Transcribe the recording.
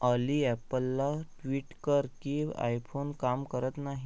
ऑली ॲपलला ट्विट कर की आयफोन काम करत नाही